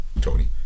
Tony